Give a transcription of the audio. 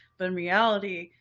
but in reality,